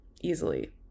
easily